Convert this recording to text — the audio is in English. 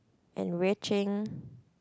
enriching